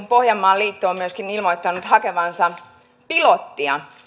pohjanmaan liitto on myöskin ilmoittanut hakevansa pilottia